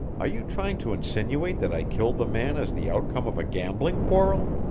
are you trying to insinuate that i killed the man as the outcome of a gambling quarrel?